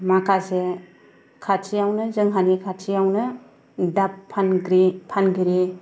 माखासे खाथिआवनो जोंहानि खाथिआवनो दाब फानगिरि फानगिरि